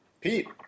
Pete